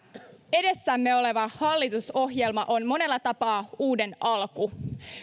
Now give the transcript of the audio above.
edessämme oleva hallitusohjelma on monella tapaa uuden alku